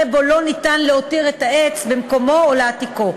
שאין אפשרות להותיר את העץ במקומו או להעתיקו.